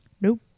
Nope